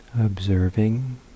observing